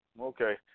Okay